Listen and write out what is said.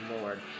lord